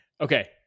Okay